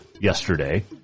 yesterday